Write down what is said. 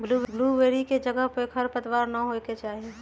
blueberry के जगह पर खरपतवार न होए के चाहि